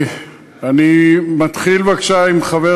אני מתחיל, בבקשה, עם חבר